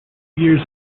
years